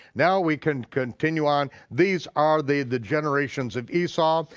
now we can continue on, these are the the generations of esau.